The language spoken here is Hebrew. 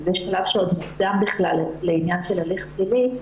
שזה שלב שעוד מוקדם בכלל לעניין של הליך פלילי,